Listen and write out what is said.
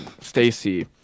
Stacy